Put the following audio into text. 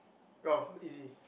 oh easy